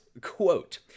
quote